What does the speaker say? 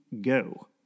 go